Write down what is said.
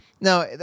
no